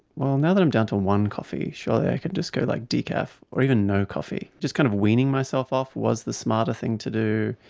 well, now that i'm down to one coffee, surely i could just go like decaf or even no coffee. just kind of weaning myself off was the smarter thing to do.